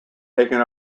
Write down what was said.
taken